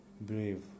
brave